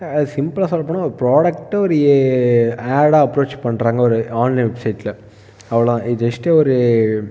சிம்பிளாக சொல்ல போனால் ஒரு ப்ராடெக்ட்டை ஒரு ஆடாக அப்ரோச் பண்ணுறாங்க ஒரு ஆன்லைன் விஷயத்தில் அவ்வளோதான் இது ஜஸ்ட் ஒரு